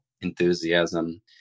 enthusiasm